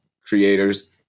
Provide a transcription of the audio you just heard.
creators